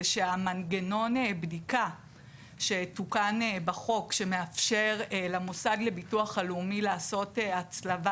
זה שהמנגנון בדיקה שתוקן בחוק שמאפשר למוסד לביטוח הלאומי לעשות הצלבה